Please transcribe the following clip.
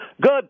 good